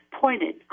pointed